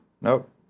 Nope